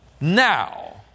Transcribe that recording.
now